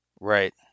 Right